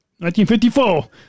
1954